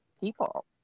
people